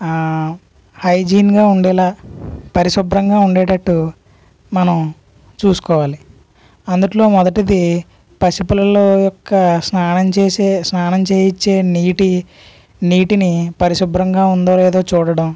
హైజీన్గా ఉండేలాగా పరిశుభ్రంగా ఉండేటట్టు మనం చూసుకోవాలి అందులో మొదటిది పసిపిల్లలు యొక్క స్నానం చేసే స్నానం చేయించే నీటి నీటిని పరిశుభ్రంగా ఉందో లేదో చూడడం